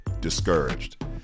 discouraged